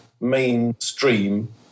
mainstream